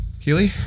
Keely